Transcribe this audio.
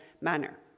manner